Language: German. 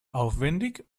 aufwendig